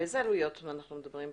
על איזה עלויות אנחנו מדברים פה?